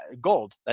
gold